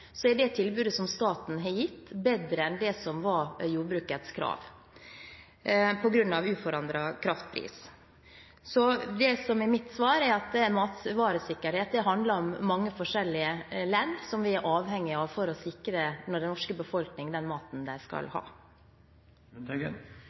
er det tilbudet som staten har gitt, bedre enn det som var jordbrukets krav på grunn av uforandret kraftpris. Så det som er mitt svar, er at matvaresikkerhet handler om mange forskjellige ledd som vi er avhengige av for å sikre den norske befolkning den maten de skal